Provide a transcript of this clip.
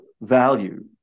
value